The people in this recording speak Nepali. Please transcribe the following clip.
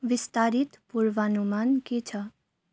विस्तारित पूर्वानुमान के छ